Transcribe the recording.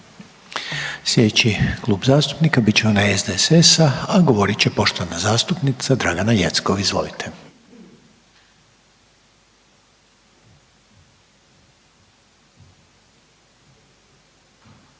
Sljedeći klub zastupnika bit će onaj SDSS-a, a govorit će poštovana zastupnica Dragana Jeckov. Izvolite.